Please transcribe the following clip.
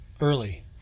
early